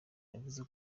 yavuze